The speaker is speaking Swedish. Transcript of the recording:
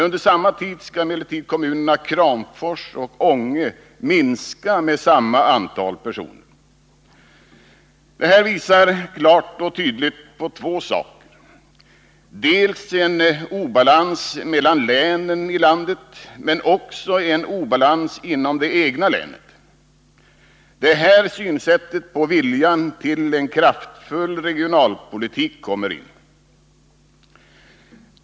Under samma tid skall emellertid folkmängden i kommunerna Kramfors och Ånge minska med samma antal personer. Det här visar klart och tydligt på två saker: dels en obalans mellan länen i landet, dels också en obalans inom det egna länet. Det är här synsättet på och viljan till en kraftfull regionalpolitik kommer in.